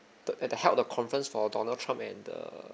the at held a conference for donald trump at the